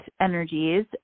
energies